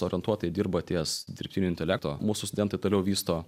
orientuotai dirba ties dirbtiniu intelektu mūsų studentai toliau vysto